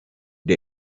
the